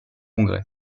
congrès